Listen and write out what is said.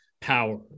power